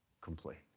complete